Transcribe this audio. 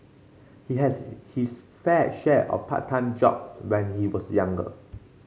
he had his fair share of part time jobs when he was younger